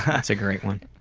that's a great one.